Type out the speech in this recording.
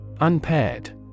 Unpaired